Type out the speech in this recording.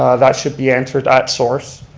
ah that should be answered at source,